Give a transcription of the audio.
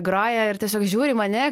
groja ir tiesiog žiūri į mane